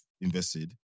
invested